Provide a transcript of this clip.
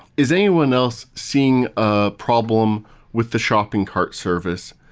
is anyone else seeing a problem with the shopping cart service?